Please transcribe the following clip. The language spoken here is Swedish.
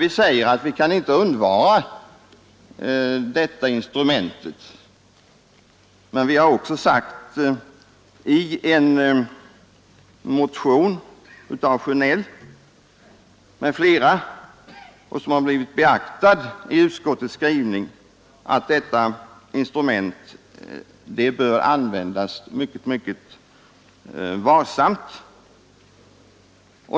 Vi säger att detta instrument inte kan undvaras, men som herr Sjönell och herr Nilsson i Tvärålund har sagt i en motion, som har blivit beaktad i utskottets skrivning, förmenar vi att det bör användas mycket varsamt.